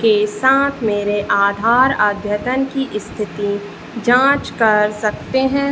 के साथ मेरे आधार अद्यतन की स्थिति जांच कर सकते हैं